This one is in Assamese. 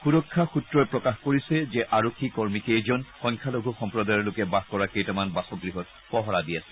সুৰক্ষা সূত্ৰই প্ৰকাশ কৰিছে যে আৰক্ষী কৰ্মীকেইজন সংখ্যালঘু সম্প্ৰদায়ৰ লোকে বাস কৰা কেইটামান বাসগৃহত পহৰা দি আছিল